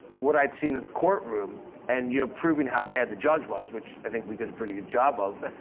what i'd seen in the courtroom and you know proving how bad the judge was, which i think we did a pretty good job of,